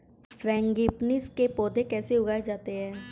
Frangipanis के पौधे कैसे उगाए जाते हैं?